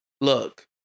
look